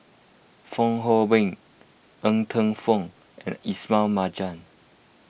Fong Hoe Beng Ng Teng Fong and Ismail Marjan